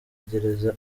gereza